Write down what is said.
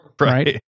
right